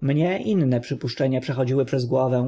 mnie inne przypuszczenia przechodziły przez głowę